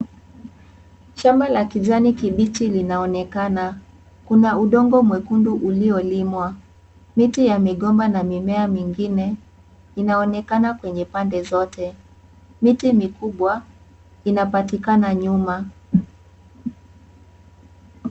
Shamba la kijani kibichi linaonekana kuna udongo mwekundu ulio limwa miti ya migomba na mimea mingine inaonekana kwenye pande zote. Miti mikubwa inapatikana nyuma.